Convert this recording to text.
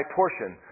portion